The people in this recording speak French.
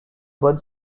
bonne